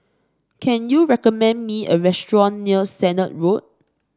can you recommend me a restaurant near Sennett Road